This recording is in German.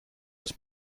ist